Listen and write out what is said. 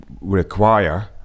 require